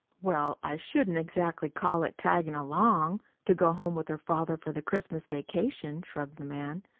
well, i shouldn't exactly call it taggin along' to go home with her father for the christmas vacation, shrugged the man.